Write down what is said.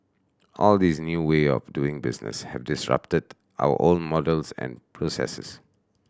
all these new way of doing business have disrupted our old models and processes